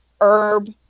herb